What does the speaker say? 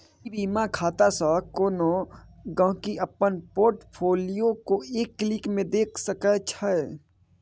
ई बीमा खातासँ कोनो गांहिकी अपन पोर्ट फोलियो केँ एक क्लिक मे देखि सकै छै